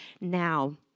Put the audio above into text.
now